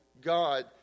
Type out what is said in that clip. God